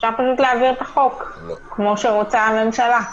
אפשר פשוט להעביר את החוק כמו שרוצה הממשלה.